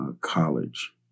College